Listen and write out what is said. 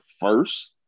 first